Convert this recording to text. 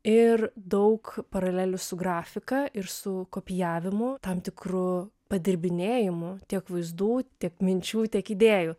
ir daug paralelių su grafika ir su kopijavimu tam tikru padirbinėjimu tiek vaizdų tiek minčių tiek idėjų